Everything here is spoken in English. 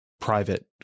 private